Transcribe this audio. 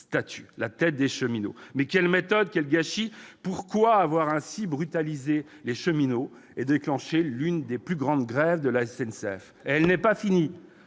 statut, la tête des cheminots. Quelle méthode, quel gâchis ! Pourquoi avoir ainsi brutalisé les cheminots et déclenché l'une des plus grandes grèves de la SNCF, qui n'est pas finie